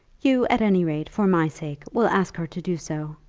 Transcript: you, at any rate, for my sake, will ask her to do so.